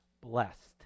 blessed